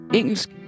engelsk